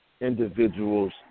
individuals